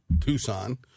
Tucson